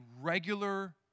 regular